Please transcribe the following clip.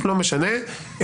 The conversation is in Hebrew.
לא משנה.